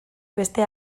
beste